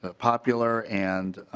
but popular and